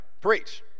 preach